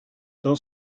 dans